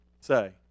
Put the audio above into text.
say